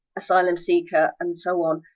asylum seeker and so on,